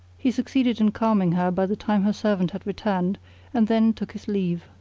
he succeeded in calming her by the time her servant had returned and then took his leave